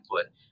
input